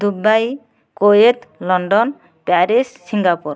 Dubai Kuwait London Paris Singapore